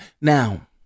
Now